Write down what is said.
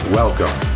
welcome